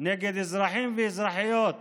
נגד אזרחיות ואזרחים ערבים,